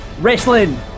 Wrestling